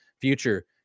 future